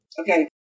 Okay